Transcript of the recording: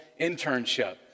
internship